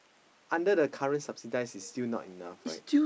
under the current subsidise it's not enough right